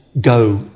go